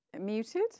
Muted